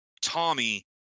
Tommy